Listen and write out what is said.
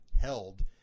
held